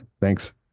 thanks